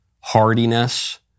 hardiness